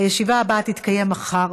הישיבה הבאה תתקיים מחר,